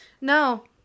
No